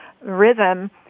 rhythm